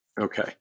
okay